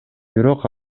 бирок